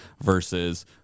versus